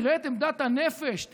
תראה את עמדת הנפש,